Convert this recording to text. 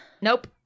Nope